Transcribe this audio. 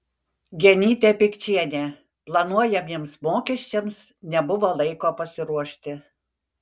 genytė pikčienė planuojamiems mokesčiams nebuvo laiko pasiruošti